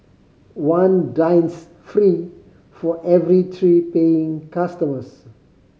one dines free for every three paying customers